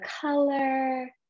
color